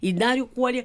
į darių kuolį